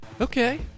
Okay